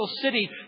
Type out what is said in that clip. city